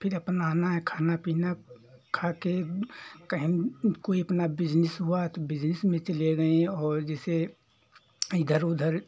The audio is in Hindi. फिर अपन नहाना है खाना पीना खा के कहन ओ कोई अपना बिजनिस हुआ तो बिजनिस में चले गएँ और जैसे इधर उधर